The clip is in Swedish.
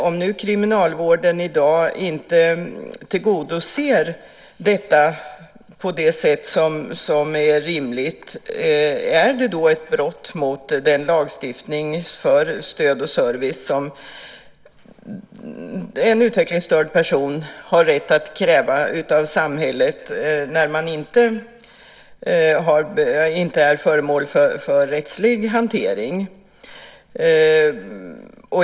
Om kriminalvården i dag inte tillgodoser detta på det sätt som är rimligt, är det ett brott mot den lagstiftning för stöd och service som en utvecklingsstörd har rätt att kräva av samhället när man inte är föremål för rättslig hantering?